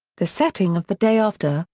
the setting of the day after,